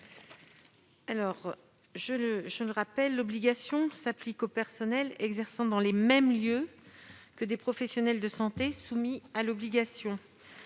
Je le rappelle, l'obligation s'applique aux personnels exerçant dans les mêmes lieux que des professionnels de santé soumis à l'obligation.